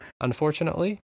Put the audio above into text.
unfortunately